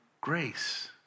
grace